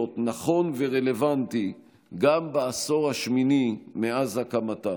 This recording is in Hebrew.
נכון ורלוונטי גם בעשור השמיני מאז הקמתה.